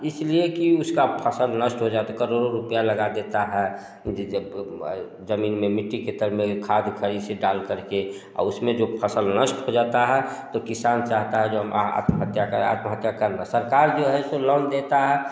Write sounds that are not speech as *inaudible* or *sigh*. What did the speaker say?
इस लिए कि उसकी फ़सल नष्ट हो जाती करोड़ों रुपये लगा देता है क्योंकि जब *unintelligible* ज़मीन में मिट्टी की तरह में खाद कहीं सी डाल कर के और उसमें जो कुछ फ़सल नष्ट हो जाती है तो किसान चाहता है जो आत्महत्या करा आत्महत्या कर सरकार जो है इसको लोन देती है